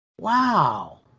Wow